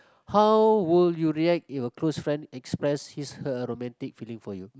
how will you react if a close friend express his her romantic feeling for you